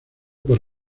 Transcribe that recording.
por